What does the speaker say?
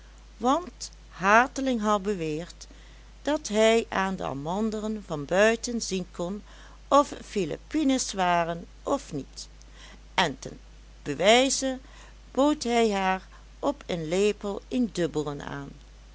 want hateling had beweerd dat hij aan de amandelen vanbuiten zien kon of het philippines waren of niet en ten bewijze bood hij haar op een lepel een dubbelen aan